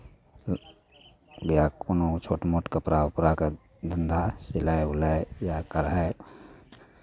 इएह कोनो छोट मोट कपड़ा उपड़ाके धन्धा सिलाइ उलाइ या कढ़ाइ